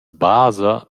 basa